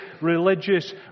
religious